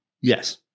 Yes